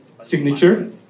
signature